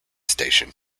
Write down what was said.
station